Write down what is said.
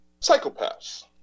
psychopaths